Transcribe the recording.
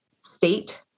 state